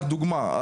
זו רק דוגמה,